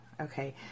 Okay